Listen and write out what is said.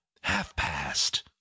Half-past